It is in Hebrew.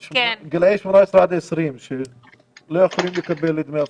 גילאי 18 עד 20 שלא יכולים לקבל דמי אבטלה.